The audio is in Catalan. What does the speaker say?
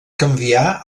canvià